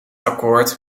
akkoord